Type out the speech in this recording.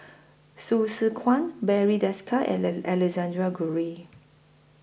Hsu Tse Kwang Barry Desker and Alexander Guthrie